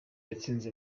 yatsinze